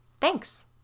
Thanks